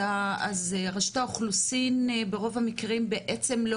אז רשות האוכלוסין ברוב המקרים בעצם לא